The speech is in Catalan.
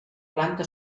planta